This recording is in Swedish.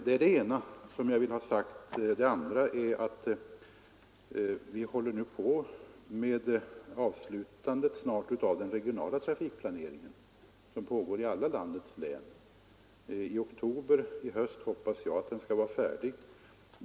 Det är det ena som jag vill ha sagt. Det andra är att vi nu håller på att avsluta den regionala trafikplanering som pågår i alla landets län. Jag hoppas att den skall vara färdig i oktober.